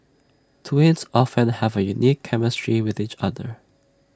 twins often have A unique chemistry with each other